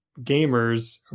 gamers